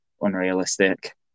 unrealistic